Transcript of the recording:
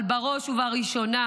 אבל בראש ובראשונה